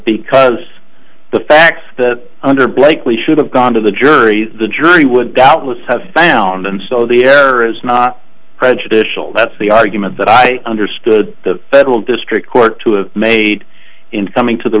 because the fact that under blakely should have gone to the jury the jury would doubtless have found and so the error is not prejudicial that's the argument that i understood the federal district court to have made in coming to the